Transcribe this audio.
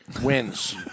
wins